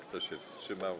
Kto się wstrzymał?